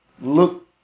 look